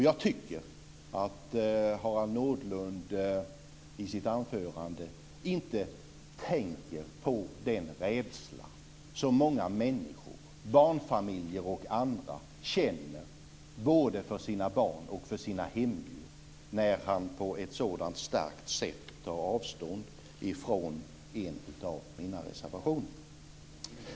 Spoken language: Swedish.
Jag tycker att Harald Nordlund i sitt anförande inte tänker på den rädsla som många människor, barnfamiljer och andra, känner både för sina barn och för sina hemdjur när han på ett så starkt sätt tar avstånd från en av mina reservationer.